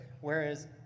Whereas